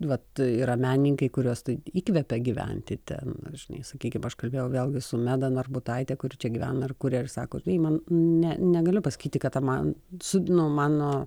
vat yra menininkai kuriuos tai įkvepia gyventi ten žinai sakykim aš kalbėjau vėl gi su meda narbutaite kuri čia gyvena kuria ir sako tai man ne negaliu pasakyti kada man su nu mano